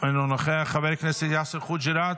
אינו נוכח, חבר הכנסת יאסר חוג'יראת,